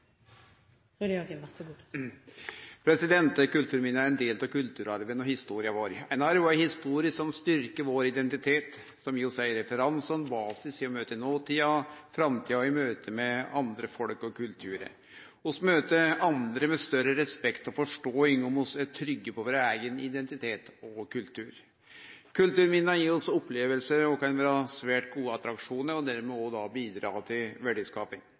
del av kulturarven og historia vår, ein arv og ei historie som styrkjer vår identitet, som gir oss ein referanse og ein basis i møte med nåtida, framtida og andre folk og kulturar. Vi møter andre med større respekt og forståing om vi er trygge på vår eigen identitet og kultur. Kulturminna gir oss opplevingar og kan vere svært gode attraksjonar og dermed bidra til verdiskaping.